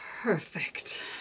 Perfect